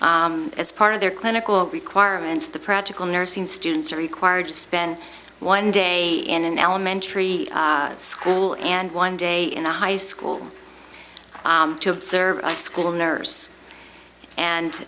as part of their clinical requirements the practical nursing students are required to spend one day in an elementary school and one day in the high school to observe a school nurse and